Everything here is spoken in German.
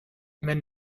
wenn